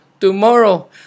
Tomorrow